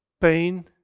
pain